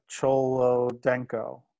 Cholodenko